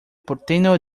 porteño